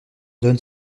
donne